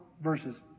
verses